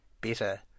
better